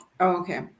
Okay